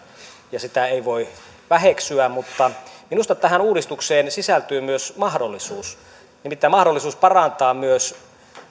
ja sitä ei voi väheksyä mutta minusta tähän uudistukseen sisältyy myös mahdollisuus nimittäin mahdollisuus parantaa myös